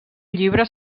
llibre